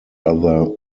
other